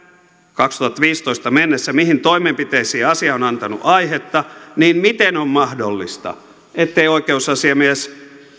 kaksituhattaviisitoista mennessä mihin toimenpiteisiin asia on antanut aihetta niin miten on mahdollista ettei oikeusasiamies